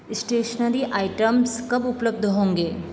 stationery items कब उपलब्ध होंगे